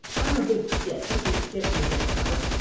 i'm a big skip you can skip me this time.